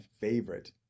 favorite